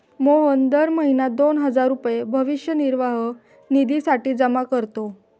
मोहन दर महीना दोन हजार रुपये भविष्य निर्वाह निधीसाठी जमा करतो